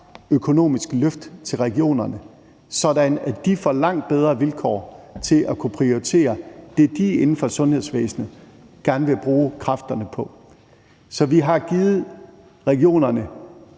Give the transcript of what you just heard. økonomisk løft til regionerne, sådan at de får langt bedre vilkår til at kunne prioritere det, de inden for sundhedsvæsenet gerne vil bruge kræfterne på. Så vi har givet regionerne